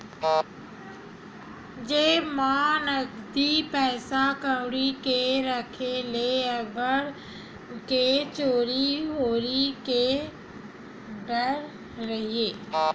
जेब म नकदी पइसा कउड़ी के राखे ले अब्बड़ के चोरी हारी के डर राहय